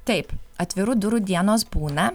taip atvirų durų dienos būna